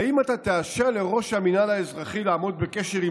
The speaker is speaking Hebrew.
האם אתה תאשר לראש המינהל האזרחי לעמוד בקשר עם